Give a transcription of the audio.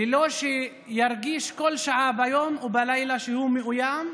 בלי שירגיש כל שעה ביום ובלילה שהוא מאוים,